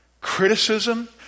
criticism